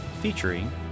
Featuring